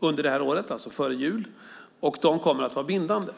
under det här året, före jul. De kommer att vara bindande.